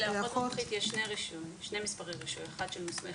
לאחות מומחית יש שני מספרי רישוי: אחד של מוסמכת,